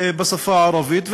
בשפה הערבית.